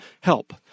help